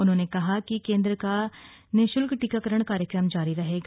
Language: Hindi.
उन्होंने कहा कि केन्द्र का निरूशुल्क टीकाकरण कार्यक्रम जारी रहेगा